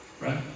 Right